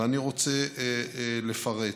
ואני רוצה לפרט.